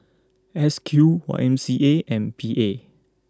S Q Y M C A and P A